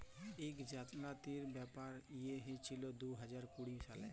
ইক জালিয়াতির ব্যাপার হঁইয়েছিল দু হাজার কুড়ি সালে